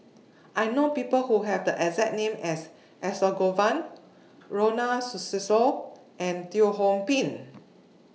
I know People Who Have The exact name as Ronald Susilo and Teo Ho Pin